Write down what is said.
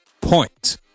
point